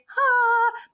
Ha